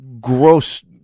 gross